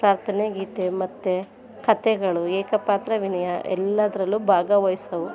ಪ್ರಾರ್ಥನೆ ಗೀತೆ ಮತ್ತು ಕತೆಗಳು ಏಕಪಾತ್ರಾಭಿನಯ ಎಲ್ಲದರಲ್ಲೂ ಭಾಗವಹಿಸವು